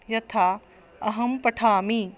यथा अहं पठामि